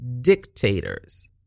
dictators